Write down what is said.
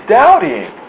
doubting